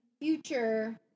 future